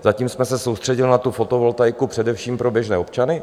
Zatím jsme se soustředili na fotovoltaiku především pro běžné občany.